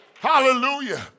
Hallelujah